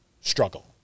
struggle